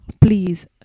Please